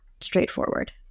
straightforward